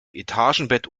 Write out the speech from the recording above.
etagenbett